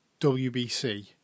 WBC